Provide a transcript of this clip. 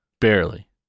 Barely